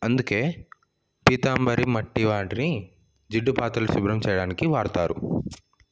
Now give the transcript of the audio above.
అందుకే పీతాంబరి మట్టి వాటిని జిడ్డు పాత్రలు శుభ్రం చేయడానికి వాడతారు